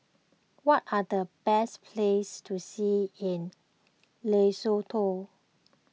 what are the best places to see in Lesotho